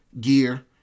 gear